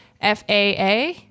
FAA